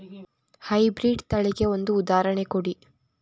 High breed ತಳಿಗೆ ಒಂದು ಉದಾಹರಣೆ ಕೊಡಿ?